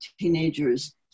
teenagers